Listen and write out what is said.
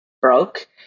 broke